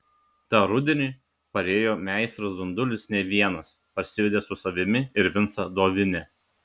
tą rudenį parėjo meistras dundulis ne vienas parsivedė su savimi ir vincą dovinę